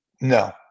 No